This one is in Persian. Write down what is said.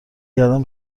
گردن